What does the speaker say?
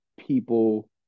people